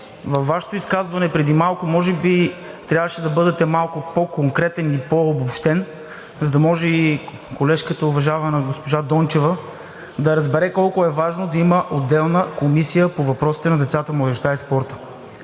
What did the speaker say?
във Вашето изказване преди малко може би трябваше да бъдете малко по-конкретен и по-обобщен, за да може и колежката, уважаваната госпожа Дончева, да разбере колко е важно да има отделна Комисия по въпросите на децата, младежта и спорта.